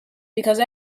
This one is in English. because